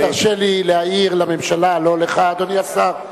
אבל תרשה לי להעיר לממשלה, לא לך, אדוני השר,